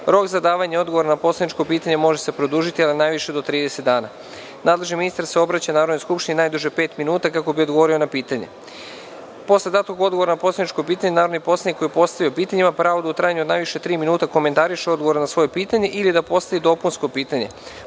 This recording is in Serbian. rok za davanje odgovora na poslaničko pitanje može se produžiti na najviše do 30 dana. Nadležni ministar se obraća Narodnoj skupštini najduže pet minuta kako bi odgovorio na pitanje. Posle datog odgovora na poslaničko pitanje, narodni poslanik koji je postavio pitanje ima pravo da u trajanju od najviše tri minuta komentariše odgovor na svoje pitanje ili da postavi dopunsko pitanje.